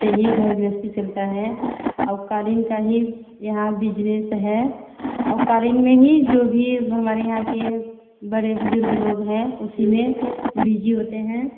से ही घर गृहस्थी चलता है आउ कालीन का ही यहाँ बिजनेस हैं आउ कालीन में ही जो भी हमारे यहाँ के बड़े बुजुर्ग लोग हैं उसी में बिजी होते हैं